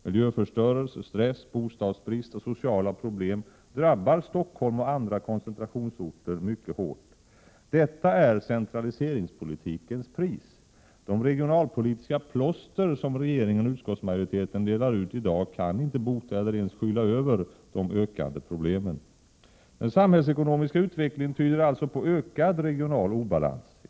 Miljöförstörelse, stress, bostadsbrist och sociala problem drabbar Stockholm och andra koncentrationsorter mycket hårt. Detta är centraliseringspolitikens pris. De regionalpolitiska plåster som regeringen och utskottsmajoriteten delar ut i dag kan inte bota eller ens skyla över de ökande problemen. Den samhällsekonomiska utvecklingen tyder alltså på ökad regional obalans.